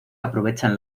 aprovechan